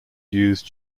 use